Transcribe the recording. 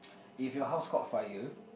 if your house caught fire